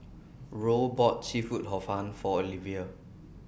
Roe bought Seafood Hor Fun For Olivia